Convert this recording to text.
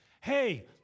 Hey